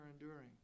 enduring